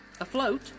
afloat